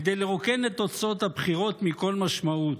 כדי לרוקן את תוצאות הבחירות מכל משמעות.